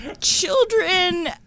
Children